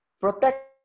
Protect